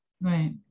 Right